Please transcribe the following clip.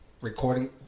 Recording